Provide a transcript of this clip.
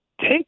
Take